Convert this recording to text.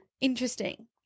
Interesting